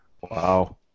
Wow